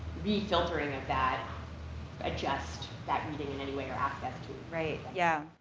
re-filtering of that adjust that meeting in any way, or ask us to? right, yeah.